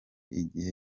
igihe